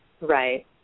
Right